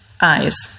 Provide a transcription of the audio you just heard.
eyes